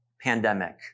pandemic